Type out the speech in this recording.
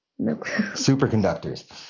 superconductors